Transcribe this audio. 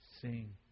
Sing